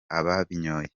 ababinyoye